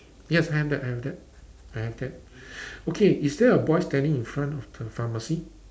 yes I have that I have that I have that okay is there a boy standing in front of the pharmacy